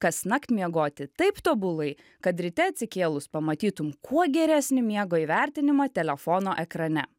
kasnakt miegoti taip tobulai kad ryte atsikėlus pamatytum kuo geresnį miego įvertinimą telefono ekrane